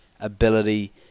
ability